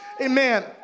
amen